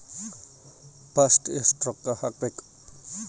First ಎಷ್ಟು ರೊಕ್ಕ ಹಾಕಬೇಕು?